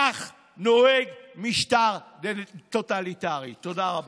כך נוהג משטר טוטליטרי, תודה רבה.